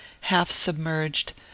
half-submerged